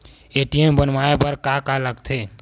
ATM बनवाय बर का का लगथे?